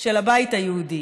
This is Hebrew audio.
של הבית היהודי,